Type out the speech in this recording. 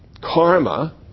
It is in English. karma